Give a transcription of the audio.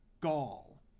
gall